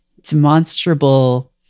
demonstrable